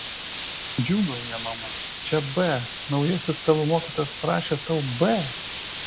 džiūgauja mama čia b naujasis tavo mokytojas parašė tau b